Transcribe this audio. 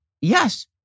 yes